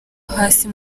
hasi